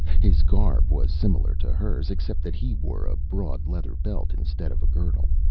his garb was similar to hers, except that he wore a broad leather belt instead of a girdle.